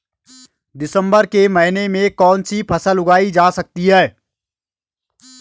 दिसम्बर के महीने में कौन सी फसल उगाई जा सकती है?